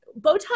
Botox